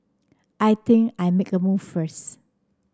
I think I'll make a move first